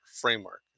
framework